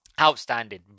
Outstanding